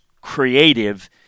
creative